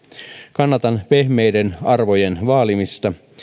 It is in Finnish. kannatan pehmeiden arvojen vaalimista